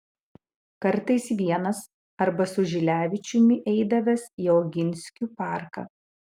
kartais vienas arba su žilevičiumi eidavęs į oginskių parką